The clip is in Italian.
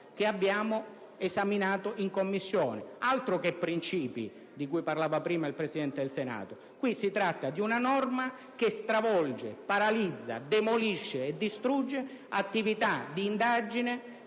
che abbiamo esaminato in Commissione. Altro che principi, di cui parlava prima il Presidente del Senato! Qui si tratta di una norma che stravolge, paralizza, demolisce e distrugge attività di indagine,